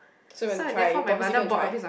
so you went to try you purposely go and try